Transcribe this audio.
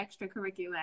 extracurricular